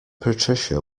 patricia